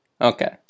Okay